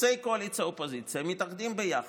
חוצי קואליציה ואופוזיציה מתאחדים ביחד,